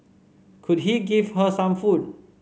could he give her some food